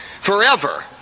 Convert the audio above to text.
forever